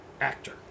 actor